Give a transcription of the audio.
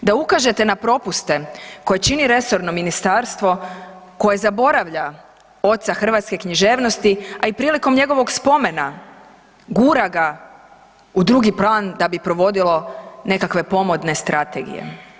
Da ukažete na propuste koje čini resorno ministarstvo koje zaboravlja oca hrvatske književnosti, a i prilikom njegova spomena, gura ga u drugi plan da bi provodilo nekakve pomodne strategije?